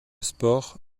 sport